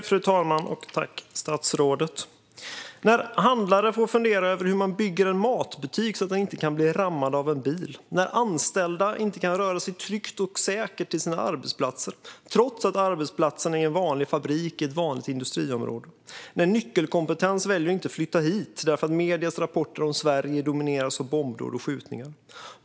Fru talman! Vi har alltså handlare som får fundera över hur man bygger en matbutik så att den inte kan rammas av en bil och anställda som inte kan röra sig tryggt och säkert på väg till sina arbetsplatser, trots att arbetsplatsen är en vanlig fabrik i ett vanligt industriområde. Nyckelkompetens väljer att inte flytta hit, eftersom mediernas rapporter om Sverige domineras av bombdåd och skjutningar.